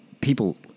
people